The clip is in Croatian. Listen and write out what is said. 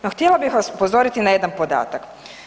No htjela bih vas upozoriti na jedan podatak.